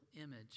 image